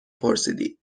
پرسیدی